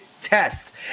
test